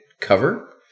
cover